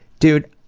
dude,